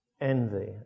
envy